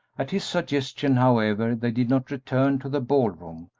at his suggestion, however, they did not return to the ball-room,